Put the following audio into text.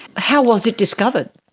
how was it discovered?